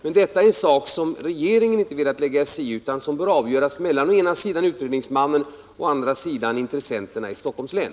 Men detta är en sak som regeringen inte velat lägga sig i utan som bör avgöras mellan å ena sidan utredningsmannen och å andra sidan intressenterna i Stockholms län.